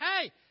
hey